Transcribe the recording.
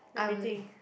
I would